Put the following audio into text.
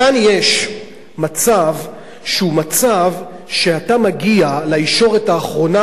כאן יש מצב שהוא מצב שאתה מגיע לישורת האחרונה,